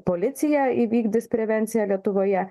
policija įvykdys prevenciją lietuvoje